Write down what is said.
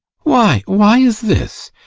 why, why is this?